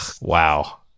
Wow